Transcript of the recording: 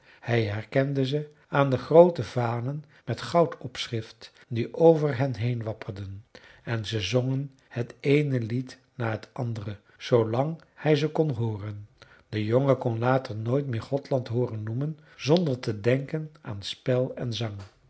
hij herkende ze aan de groote vanen met goud opschrift die over hen heen wapperden en ze zongen het eene lied na het andere zoo lang hij ze kon hooren de jongen kon later nooit meer gothland hooren noemen zonder te denken aan spel en zang